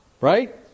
Right